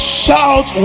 shout